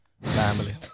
family